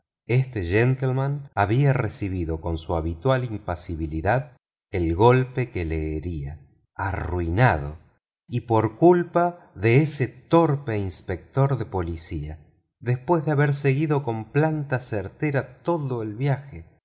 este gentleman había recibido con su habitual impasibilidad el golpe que lo hería arruinado y por culpa de ese torpe inspector de policía después de haber seguido con planta certera todo el viaje